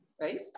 right